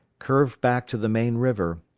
curved back to the main river,